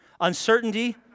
Uncertainty